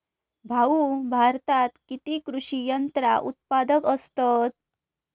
भाऊ, भारतात किती कृषी यंत्रा उत्पादक असतत